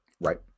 Right